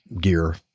gear